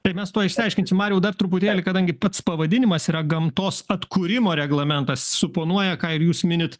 tai mes tuoj išsiaiškinsim mariau dar truputėlį kadangi pats pavadinimas yra gamtos atkūrimo reglamentas suponuoja ką ir jūs minit